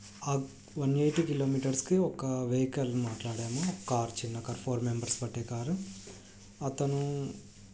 one eighty కిలోమీటర్స్కి ఒక vehicle మాట్లాడాము కార్ చిన్న కార్ ఫోర్ మెంబర్స్ పట్టే కారు అతను